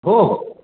हो